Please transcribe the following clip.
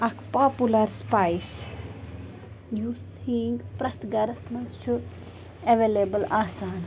اَکھ popular spice یُس ہیٖنٛگ پرٛٮ۪تھ گَرَس منٛز چھُ اٮ۪ویلیبٕل آسان